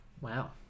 Wow